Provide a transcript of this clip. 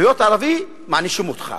להיות ערבי, מענישים אותך.